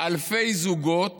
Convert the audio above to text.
אלפי זוגות